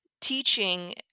teaching